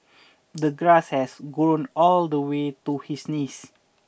the grass has grown all the way to his knees